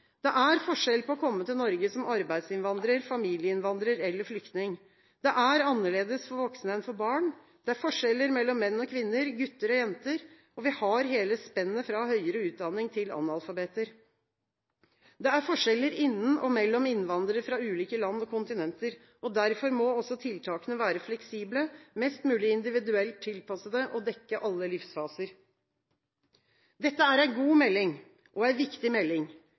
Det er forskjell på å komme til Norge som arbeidsinnvandrer, familieinnvandrer eller flyktning. Det er annerledes for voksne enn for barn, det er forskjeller mellom menn og kvinner, gutter og jenter. Vi har hele spennet fra høyere utdannede til analfabeter. Det er forskjeller innen og mellom innvandrere fra ulike land og kontinenter. Derfor må også tiltakene være fleksible, mest mulig individuelt tilpassede og dekke alle livsfaser. Dette er en god melding og en viktig melding.